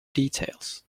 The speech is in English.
details